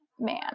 Man